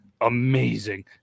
amazing